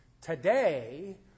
Today